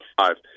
five